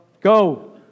Go